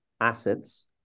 assets